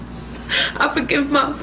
i forgive my